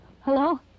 Hello